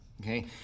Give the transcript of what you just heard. okay